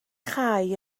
chau